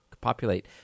populate